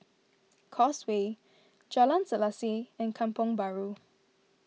Causeway Jalan Selaseh and Kampong Bahru